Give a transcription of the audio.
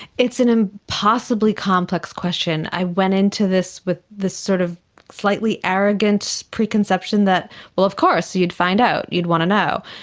it's an impossibly complex question. i went into this with the sort of slightly arrogant preconception that of of course you'd find out, you'd want to know.